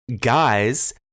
guys